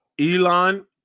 Elon